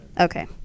Okay